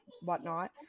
whatnot